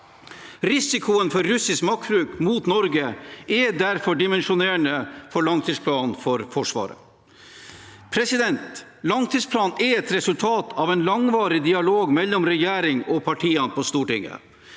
Risikoen for russisk maktbruk mot Norge er derfor dimensjonerende for langtidsplanen for Forsvaret. Langtidsplanen er et resultat av en langvarig dialog mellom regjeringen og partiene på Stortinget.